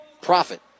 Profit